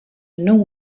normal